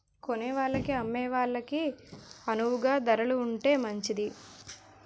కొనేవాళ్ళకి అమ్మే వాళ్ళకి అణువుగా ధరలు ఉంటే మంచిది